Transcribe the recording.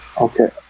Okay